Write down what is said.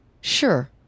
sure